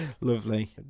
lovely